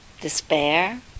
despair